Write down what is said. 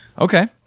Okay